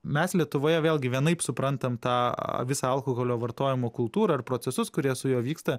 mes lietuvoje vėlgi vienaip suprantam tą visą alkoholio vartojimo kultūrą ir procesus kurie su juo vyksta